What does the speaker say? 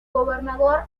gobernador